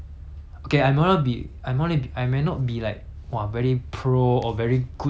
!wah! very pro or very good in what I do but the thing is hor